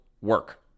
work